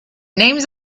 names